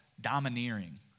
domineering